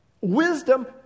Wisdom